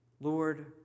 Lord